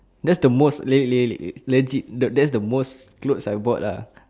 that's the most le~ le~ le~ legit that is the most clothes I bought lah